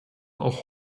auch